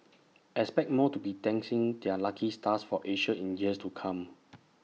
expect more to be dancing their lucky stars for Asia in years to come